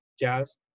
Jazz